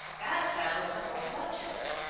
that settles the whole subject.